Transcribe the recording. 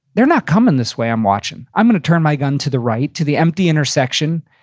they're not coming this way i'm watching. i'm gonna turn my gun to the right, to the empty intersection,